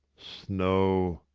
snow.